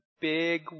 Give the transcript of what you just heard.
big